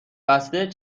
بسته